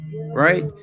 Right